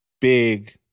big